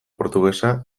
portugesa